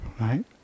Right